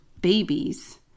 babies